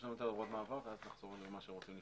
יש לנו הוראות מעבר ואז נחזור אחורה.